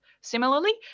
similarly